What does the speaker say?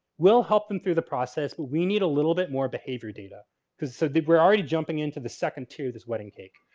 we'll help them through the process. but we need a little bit more behavior data because so we're already jumping into the second tier of this wedding cake.